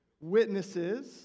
witnesses